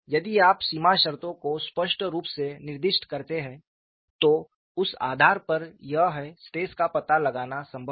यदि आप सीमा शर्तों को स्पष्ट रूप से निर्दिष्ट करते हैं तो उस आधार पर यह है स्ट्रेस का पता लगाना संभव है